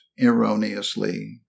erroneously